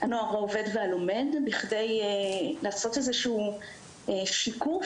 הנוער העובד והלומד כדי לעשות איזשהו שיקוף